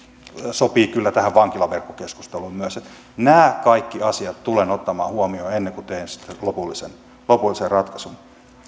sopii kyllä tähän vankilaverkkokeskusteluun myös nämä kaikki asiat tulen ottamaan huomioon ennen kuin teen sitten lopullisen lopullisen ratkaisun